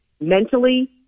mentally